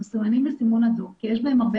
הם מסומנים בסימון אדום כי יש בהם הרבה